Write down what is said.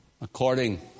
according